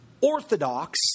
orthodox